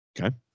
okay